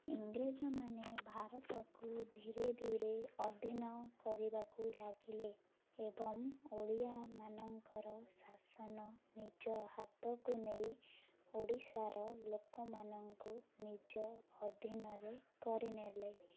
ଇଂରେଜମାନେ ଭାରତକୁ ଧୀରେ ଧୀରେ ଅଧୀନ କରିବାକୁ ଲାଗିଲେ ଏବଂ ଓଡ଼ିଆମାନଙ୍କର ଶାସନ ନିଜ ହାତକୁ ନେଇ ଓଡ଼ିଶାର ଲୋକମାନଙ୍କୁ ନିଜ ଅଧୀନରେ କରିନେଲେ